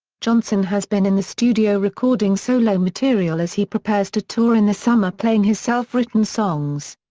johnson has been in the studio recording solo material as he prepares to tour in the summer playing his self written songs.